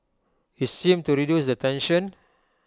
he seemed to reduce the tension